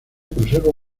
conserva